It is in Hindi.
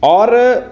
और